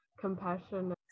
compassion